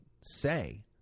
say